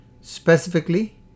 Specifically